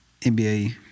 nba